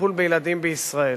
הטיפול בילדים בישראל.